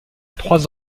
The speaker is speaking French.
trois